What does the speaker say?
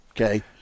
okay